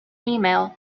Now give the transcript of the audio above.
email